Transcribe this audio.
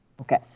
Okay